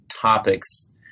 topics